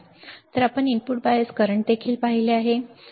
तर आपण input bias current देखील पाहिले आहे बरोबर